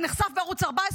זה נחשף בערוץ 14,